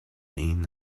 این